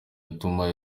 atuma